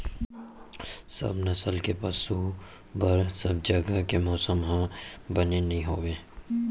सब नसल के पसु बर सब जघा के मौसम ह बने नइ होवय